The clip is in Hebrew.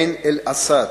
עין-אל-אסד,